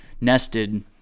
nested